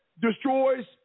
destroys